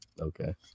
okay